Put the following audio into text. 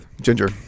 Ginger